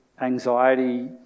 anxiety